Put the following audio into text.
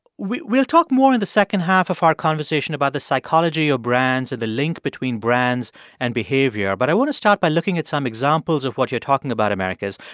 we'll we'll talk more in the second half of our conversation about the psychology of brands or the link between brands and behavior, but i want to start by looking at some examples of what you're talking about, americus.